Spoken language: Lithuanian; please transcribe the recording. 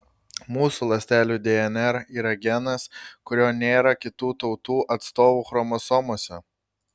mūsų ląstelių dnr yra genas kurio nėra kitų tautų atstovų chromosomose